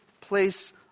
place